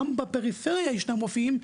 גם בפריפריה ישנם רופאים,